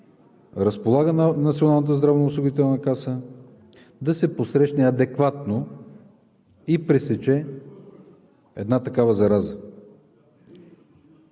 каса, да се посрещне адекватно и пресече една такава зараза.